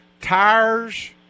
tires